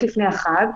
לפני החג,